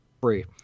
free